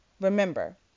Remember